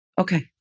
Okay